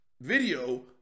video